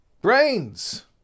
Brains